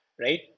right